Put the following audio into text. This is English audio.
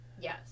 yes